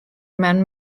mewn